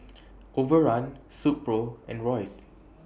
Overrun Silkpro and Royces